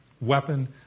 weapon